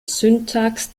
syntax